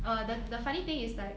err the the funny thing is like